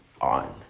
on